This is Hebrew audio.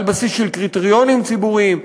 על בסיס של קריטריונים ציבוריים,